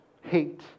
hate